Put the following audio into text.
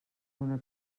una